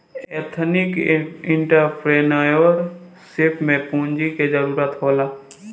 ethnic entrepreneurship में पूंजी के जरूरत होला